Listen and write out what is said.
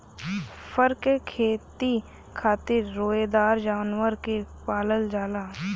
फर क खेती खातिर रोएदार जानवर के पालल जाला